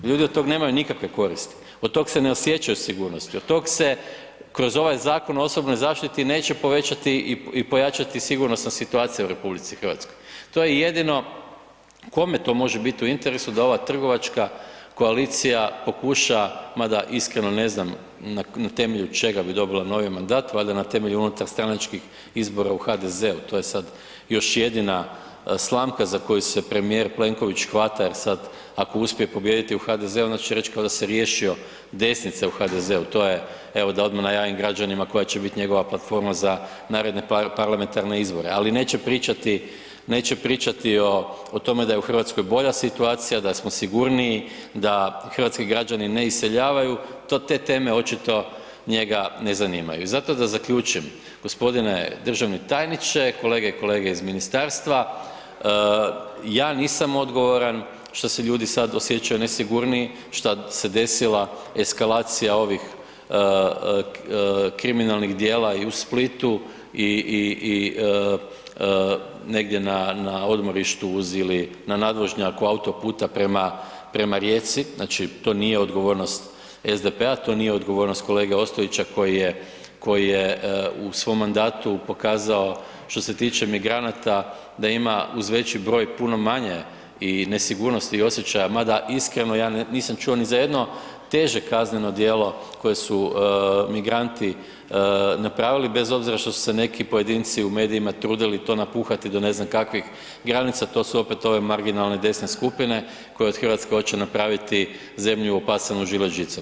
Ljudi od tog nemaju nikakve koristi, od tog se ne osjećaju sigurno, od tog se kroz ovaj Zakon o osobnoj zaštiti neće povećati i pojačati sigurnosna situacija u RH, to jedino, kome to može biti u interesu da ova trgovačka koalicija pokuša mada iskreno ne znam na temelju čega bi dobila novi mandat, valjda na temelju unutarstranačkih izbora u HDZ-u, to je sad još jedina slamka za koju se premijer Plenković hvata jer sad ako uspije pobijediti u HDZ-u onda će reć kao da se riješio desnicu u HDZ-u, to je, evo da odmah najavim građanima koja će bit njegova platforma za naredne parlamentarne izbore ali neće pričati o tome da je u Hrvatskoj bolja situacija, da smo sigurniji, da hrvatski građani ne iseljavaju, te teme očito njega ne zanimaju i zato da zaključim, g. državni tajniče, kolege i kolege iz ministarstva, ja nisam odgovoran što se ljudi sad osjećaju nesigurniji, šta se desila eskalacija ovih kriminalnih djela i u Splitu i negdje na odmorištu uz/ili na nadvožnjaku autoputa prema Rijeci, znači to nije odgovornost SDP-a, to nije odgovornost kolege Ostojića koji je u svom mandatu pokazao što se tiče migranata da ima uz veći broj puno manje i nesigurnosti i osjećaja mada iskreno, ja nisam čuo ni za jedno teže kazneno djelo koje su migranti napravili bez obzira što su se neki pojedinci u mediji trudili to napuhati do ne znam kakvih granica, to su opet marginalne desne skupine koje od Hrvatske hoće napraviti zemlju opasanom žilet žicom.